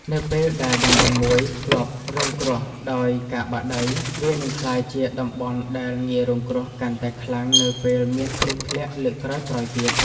នៅពេលដែលតំបន់មួយធ្លាប់រងគ្រោះដោយការបាក់ដី វានឹងក្លាយជាតំបន់ដែលងាយរងគ្រោះកាន់តែខ្លាំងនៅពេលមានភ្លៀងធ្លាក់លើកក្រោយៗទៀត។